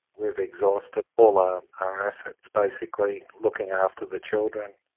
we've exhausted all um our assets basically looking after the children.